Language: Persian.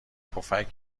پفک